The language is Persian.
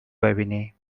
ببینی